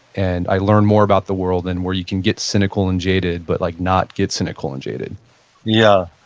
and i learn more about the world than where you can get cynical and jaded, but like not get cynical and jaded yeah.